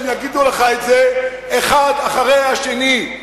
והם יגידו לך את זה אחד אחרי השני.